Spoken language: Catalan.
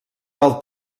del